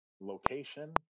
location